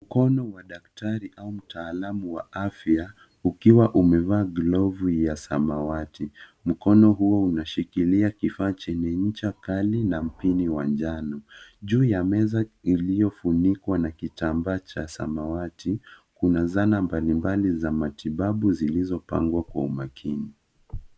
Mkono wa daktari au mtaalamu wa afya ukiwa umevaa glovu ya samawati. Mkono huo unashikilia kifaa chenye ncha kali na mpini wa njano. Juu ya meza iliyofunikwa na kitambaa cha samawati, kuna zana mbalimbali za matibabu zilizopangwa kwa umakini.